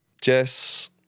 Jess